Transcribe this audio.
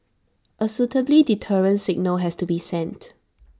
A suitably deterrent signal has to be sent